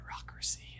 bureaucracy